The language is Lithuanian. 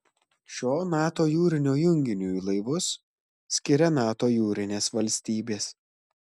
šio nato jūrinio junginiui laivus skiria nato jūrinės valstybės